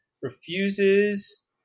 refuses